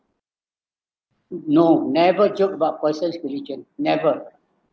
no never joke about person's religion never